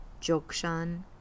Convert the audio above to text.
Jokshan